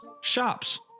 shops